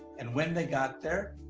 and when they got there,